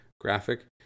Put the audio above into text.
graphic